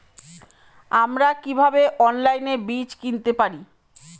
আমরা কীভাবে অনলাইনে বীজ কিনতে পারি?